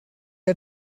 are